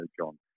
John